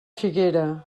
figuera